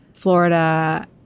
Florida